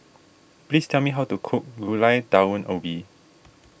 please tell me how to cook Gulai Daun Ubi